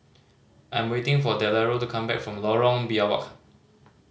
I'm waiting for Delora to come back from Lorong Biawak